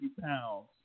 pounds